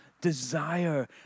desire